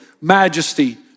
majesty